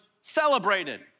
celebrated